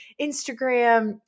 Instagram